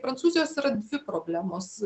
prancūzijos yra dvi problemos